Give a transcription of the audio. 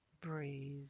Breathe